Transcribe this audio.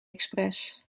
express